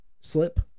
slip